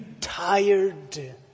tired